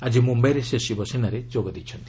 ଆଜି ମୁମ୍ୟାଇରେ ସେ ଶିବସେନାରେ ଯୋଗ ଦେଇଛନ୍ତି